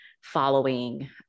following